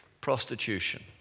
prostitution